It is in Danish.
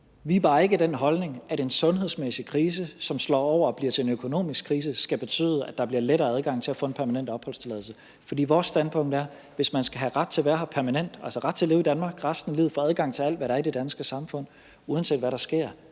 Vi er bare ikke af den holdning, at en sundhedsmæssig krise, som slår over og bliver til en økonomisk krise, skal betyde, at der bliver lettere adgang til at få en permanent opholdstilladelse. For vores standpunkt er, at hvis man skal have ret til at være her permanent, altså ret til at leve i Danmark resten af livet og få adgang til alt, hvad der er i det danske samfund, uanset hvad der sker